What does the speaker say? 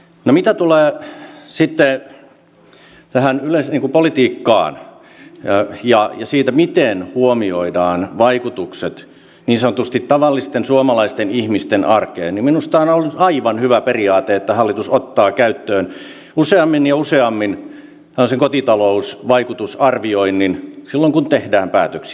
mitä tulee sitten tähän yleispolitiikkaan ja siihen miten huomioidaan vaikutukset niin sanotusti tavallisten suomalaisten ihmisten arkeen niin minusta on ollut aivan hyvä periaate että hallitus ottaa käyttöön useammin ja useammin tällaisen kotitalousvaikutusarvioinnin silloin kun tehdään päätöksiä